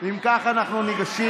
אם כך, אנחנו ניגשים